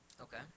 Okay